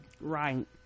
right